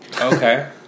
Okay